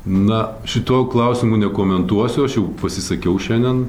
na šituo klausimu nekomentuosiu aš jau pasisakiau šiandien